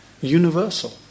universal